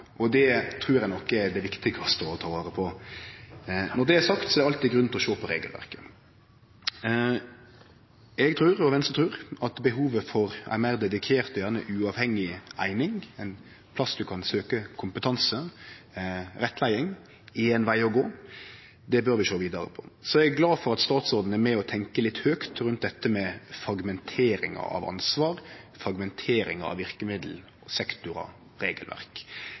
og det trur eg nok er det viktigaste å ta vare på. Når det er sagt, er det alltid grunn til å sjå på regelverket. Eg trur – og Venstre trur – at det er behov for ei meir dedikert, gjerne uavhengig, eining, ein plass der ein kan søkje kompetanse og rettleiing; det er ein veg å gå. Det bør vi sjå vidare på. Eg er også glad for at statsråden er med og tenkjer litt høgt rundt dette med fragmenteringa av ansvar, fragmenteringa av verkemiddel, sektorar og regelverk.